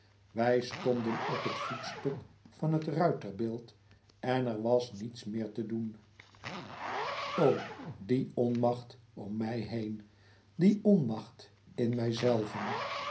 wij stonden op het voetstuk van het ruiterbeeld en er was niets meer te doen o die onmacht om mij heen die onmacht in mijzelven